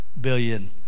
billion